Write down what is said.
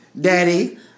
Daddy